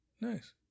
Nice